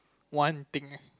one thing